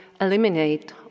eliminate